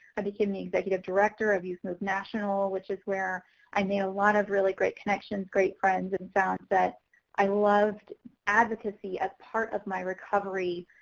i became the executive director of youth move national, which is where i made a lot of really great connections, great friends, and found that i love advocacy as part of my recovery